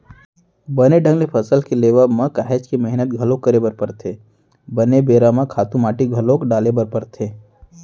बने ढंग ले फसल के लेवब म काहेच के मेहनत घलोक करे बर परथे, बने बेरा म खातू माटी घलोक डाले बर परथे